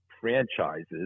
franchises